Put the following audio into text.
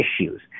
issues